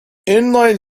inline